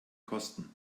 kosten